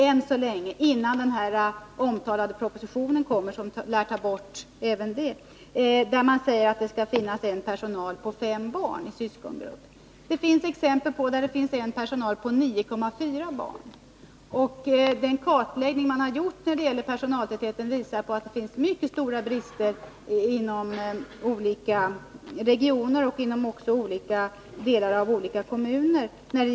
Än så länge — innan den omtalade propositionen framlagts där man lär ta bort även den — finns det en regel om en personalstorlek på en person på fem barn i syskongrupp. Det finns exempel på att man har en personalstorlek på en person på 9,4 barn. Den kartläggning som har gjorts när det gäller personaltätheten visar att det finns mycket stora brister inom olika regioner och även inom olika delar av kommunerna.